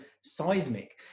seismic